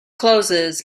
closes